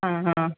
ಹಾಂ ಹಾಂ